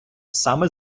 саме